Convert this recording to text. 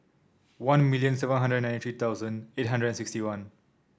one million seven hundred ninety three thousand eight hundred and sixty one